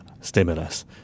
stimulus